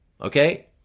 Okay